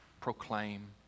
proclaim